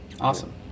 Awesome